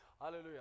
Hallelujah